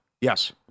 yes